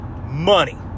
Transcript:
money